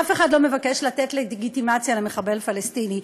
אף אחד לא מבקש לתת לגיטימציה למחבל פלסטיני,